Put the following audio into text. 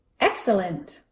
excellent